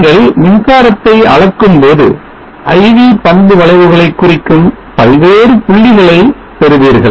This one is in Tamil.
நீங்கள் மின்சாரத்தை அளக்கும் போது I V பண்பு வளைவுகளை குறிக்கும் பல்வேறு புள்ளிகளை நீங்கள் பெறுவீர்கள்